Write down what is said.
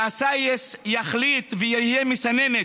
שהסאייס יחליט ויהיה מסננת,